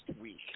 week